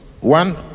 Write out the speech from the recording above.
one